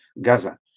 Gaza